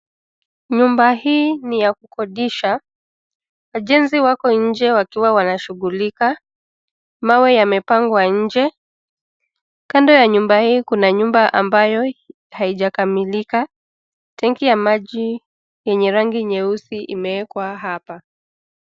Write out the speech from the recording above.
Nyumba hii ni ya kukodisha. Wajenzi wako nje wakiwa wanashughulika, mawe yamepangwa nje. Kando ya nyumba hii kuna nyumba ambayo haijakamilika. Tenki ya maji yenye rangi nyeusi imeekwa hapa.